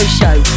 show